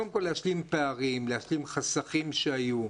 קודם כל להשלים פערים, להשלים חסכים שהיו.